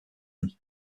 them